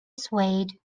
swayed